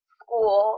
school